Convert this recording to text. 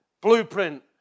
blueprint